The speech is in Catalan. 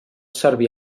servir